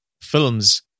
films